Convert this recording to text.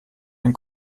ein